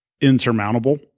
insurmountable